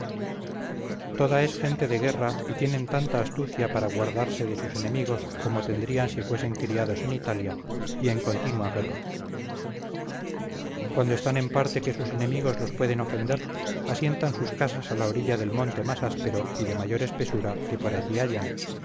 toda es gente de guerra y tienen tanta astucia para guardarse de sus enemigos como tendrían si fuesen criados en italia y en continua guerra cuando están en parte que sus enemigos los pueden ofender asientan sus casas a la orilla del monte más áspero y de mayor espesura que por allí hallan